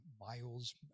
Miles